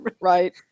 Right